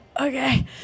okay